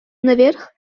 наверх